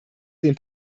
den